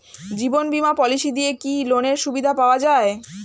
জীবন বীমা পলিসি দিয়ে কি লোনের সুবিধা পাওয়া যায়?